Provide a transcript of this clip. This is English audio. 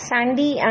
Sandy